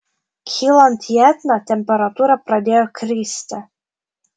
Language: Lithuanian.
kylant į etną temperatūra pradėjo kristi